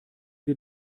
wir